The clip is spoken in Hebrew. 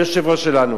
היושב-ראש שלנו.